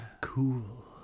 cool